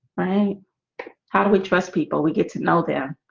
right how do we trust people we get to know them?